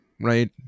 right